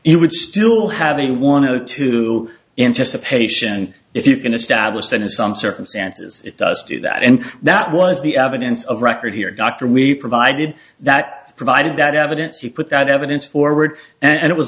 you would still have the one of the two anticipation if you can establish that in some circumstances it does do that and that was the evidence of record here doctor we provided that provided that evidence you put that evidence or word and it was